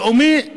בהם גן לאומי,